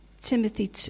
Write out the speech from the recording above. Timothy